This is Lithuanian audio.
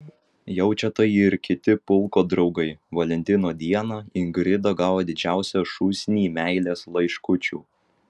jaučia tai ir kiti pulko draugai valentino dieną ingrida gavo didžiausią šūsnį meilės laiškučių